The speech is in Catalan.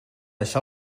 això